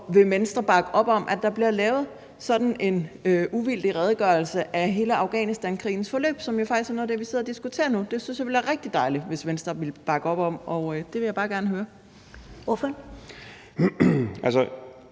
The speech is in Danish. vil Venstre bakke op om, at der bliver lavet sådan en uvildig redegørelse for hele Afghanistankrigens forløb, som jo faktisk er noget af det, vi sidder og diskuterer nu. Jeg synes, det ville være rigtig dejligt, hvis Venstre ville bakke op om det, så det vil jeg bare gerne høre. Kl.